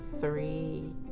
Three